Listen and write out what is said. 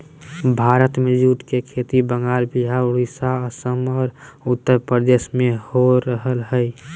भारत में जूट के खेती बंगाल, विहार, उड़ीसा, असम आर उत्तरप्रदेश में हो रहल हई